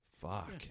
fuck